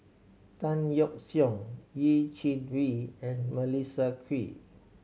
Tan Yeok Seong Yeh Chi Wei and Melissa Kwee